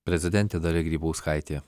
prezidentė dalia grybauskaitė